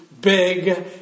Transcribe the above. big